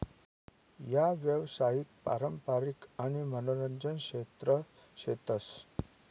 यावसायिक, पारंपारिक आणि मनोरंजन क्षेत्र शेतस